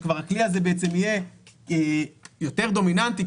כשכבר הכלי הזה יהיה יותר דומיננטי,